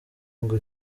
ngo